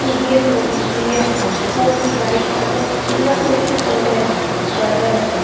कि हीअं तुंहिंजी धीअ न सिलाई कंदे न कुझु कंदे पर